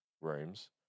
rooms